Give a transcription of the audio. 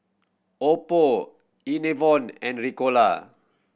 Oppo Enervon and Ricola